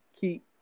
keep